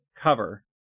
cover